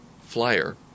flyer